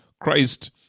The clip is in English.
Christ